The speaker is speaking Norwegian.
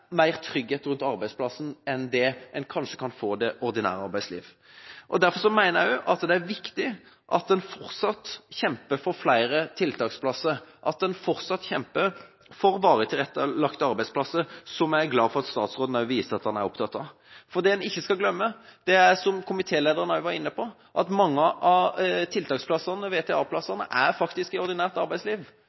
trygghet rundt arbeidsplassen enn det de kanskje kan få i det ordinære arbeidslivet. Derfor mener jeg det er viktig at en fortsatt kjemper for flere tiltaksplasser, at en fortsatt kjemper for varig tilrettelagte arbeidsplasser, noe jeg er glad for at statsråden også viser at han er opptatt av. For det en ikke skal glemme, er – som komitélederen også var inne på – at mange av VTA-plassene faktisk er i ordinært arbeidsliv.